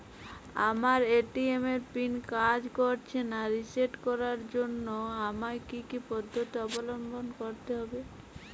আমার এ.টি.এম এর পিন কাজ করছে না রিসেট করার জন্য আমায় কী কী পদ্ধতি অবলম্বন করতে হবে?